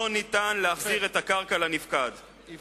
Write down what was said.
לא ניתן להחזיר את הקרקע לנפקד בהתאם לחוק נכסי נפקדים.